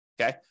Okay